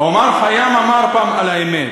עומר כיאם אמר פעם על האמת: